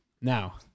Now